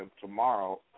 tomorrow